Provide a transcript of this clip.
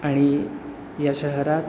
आणि या शहरात